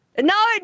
No